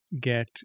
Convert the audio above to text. get